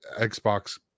Xbox